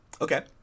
Okay